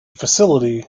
facility